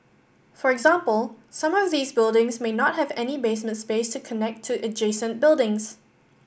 for example some of these buildings may not have any basement space to connect to adjacent buildings